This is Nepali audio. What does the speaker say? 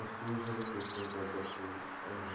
तस्विरहरू खिच्ने गर्दछु अनि